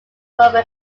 rural